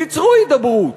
תיצרו הידברות,